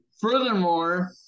furthermore